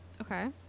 Okay